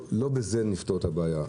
לא בזה נפתור את הבעיה.